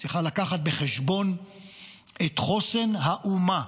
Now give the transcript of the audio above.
צריכה להביא בחשבון את חוסן האומה.